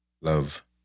love